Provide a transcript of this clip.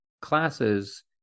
classes